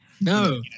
No